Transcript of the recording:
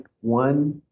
one